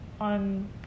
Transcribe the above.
on